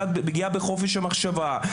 פגיעה בחופש המחשבה,